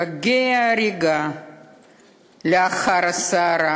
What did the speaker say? בגיא ההרגה לאחר הסערה